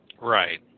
Right